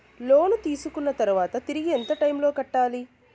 లోను తీసుకున్న తర్వాత తిరిగి ఎంత టైములో కట్టాలి